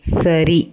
சரி